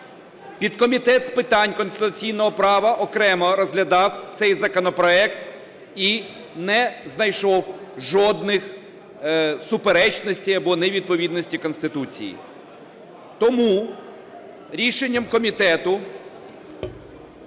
Підкомітет з питань конституційного права окремо розглядав цей законопроект і не знайшов жодних суперечностей або невідповідності Конституції. Тому рішенням комітету